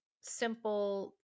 simple